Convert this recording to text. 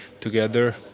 together